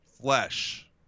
flesh